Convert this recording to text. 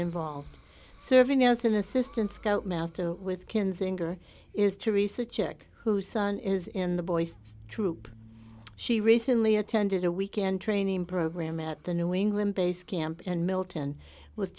involved serving as an assistant scoutmaster with kinzinger is to research uk whose son is in the boys troop she recently attended a weekend training program at the new england base camp and milton with